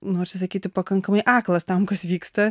norisi sakyti pakankamai aklas tam kas vyksta